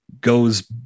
goes